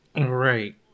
Right